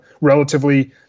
relatively